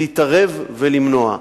להתערב ולמנוע.